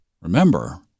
Remember